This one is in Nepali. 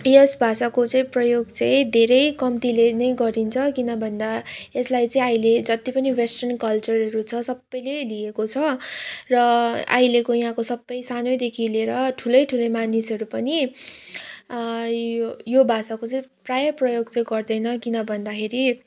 यस भाषाको चाहिँ प्रयोग चाहिँ धेरै कम्तीले नै गरिन्छ किन भन्दा यसलाई चाहिँ अहिले जति पनि वेस्टर्न कल्चरहरू छ सबैले लिएको छ र अहिलेको यहाँको सबै सानैदेखि लिएर ठुलै ठुलै मानिसहरू पनि यो यो भाषाको चाहिँ प्रायः प्रयोग चाहिँ गर्दैन किन भन्दाखेरि